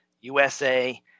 USA